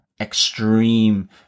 extreme